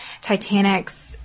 Titanic's